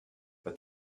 but